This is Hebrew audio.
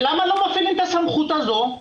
למה לא מפעילים את הסמכות הזו?